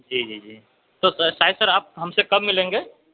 جی جی جی تو سر شاہد سر ہم سے آپ کب ملیں گے